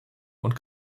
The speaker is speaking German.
und